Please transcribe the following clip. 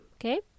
okay